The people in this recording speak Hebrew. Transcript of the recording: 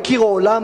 הכירו עולם,